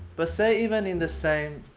but say, even in the same.